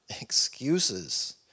excuses